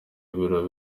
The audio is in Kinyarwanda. ibiro